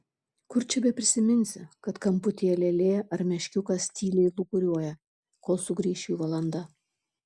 kur čia beprisiminsi kad kamputyje lėlė ar meškiukas tyliai lūkuriuoja kol sugrįš jų valanda